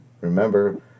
Remember